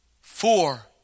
four